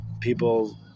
people